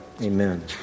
Amen